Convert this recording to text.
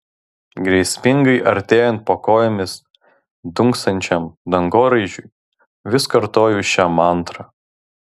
grėsmingai artėjant po kojomis dunksančiam dangoraižiui vis kartoju šią mantrą